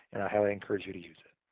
highly encourage you to use it.